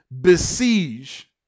besiege